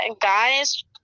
guys